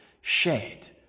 shed